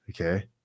okay